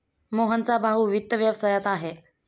मोहनचा भाऊ वित्त व्यवसायात आहे